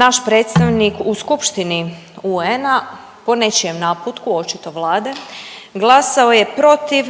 naš predstavnik u skupštini UN-a, po nečijem naputku, očito Vlade, glasao je protiv